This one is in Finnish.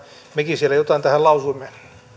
mekin siellä jotain tähän lausuimme